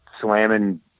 slamming